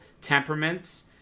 temperaments